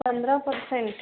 पंद्रह सौ रुपये